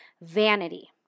vanity